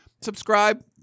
subscribe